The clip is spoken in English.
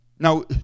Now